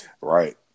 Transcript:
right